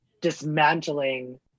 dismantling